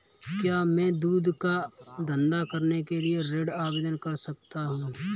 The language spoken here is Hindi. क्या मैं दूध का धंधा करने के लिए ऋण आवेदन कर सकता हूँ?